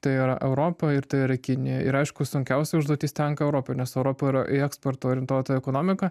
tai yra europa ir tai yra kinija ir aišku sunkiausia užduotis tenka europai nes europa yra į eksportą orientuota ekonomika